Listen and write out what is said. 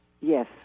Yes